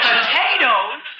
Potatoes